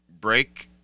break